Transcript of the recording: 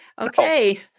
Okay